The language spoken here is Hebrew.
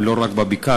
לא רק בבקעה,